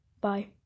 Bye